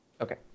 Okay